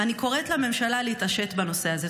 ואני קוראת לממשלה להתעשת בנושא הזה.